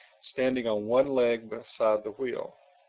standing on one leg beside the wheel.